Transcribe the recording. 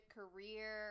career